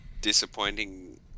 disappointing